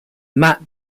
matt